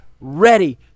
ready